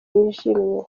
yijimye